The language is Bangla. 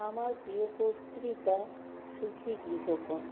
আমার প্রিয় পত্রিকা সুখী গৃহকোণ